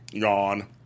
gone